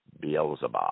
Beelzebub